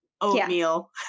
oatmeal